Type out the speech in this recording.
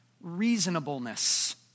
reasonableness